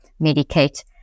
medicate